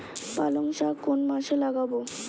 পালংশাক কোন মাসে লাগাব?